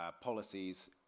policies